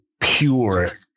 pure